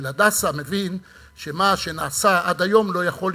"הדסה" מבין שמה שנעשה עד היום לא יכול להימשך,